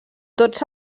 tots